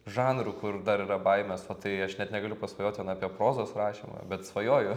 žanrų kur dar yra baimės o tai aš net negaliu pasvajot apie prozos rašymą bet svajoju